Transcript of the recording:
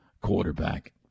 quarterback